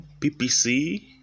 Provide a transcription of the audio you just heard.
PPC